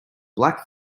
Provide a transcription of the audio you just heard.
black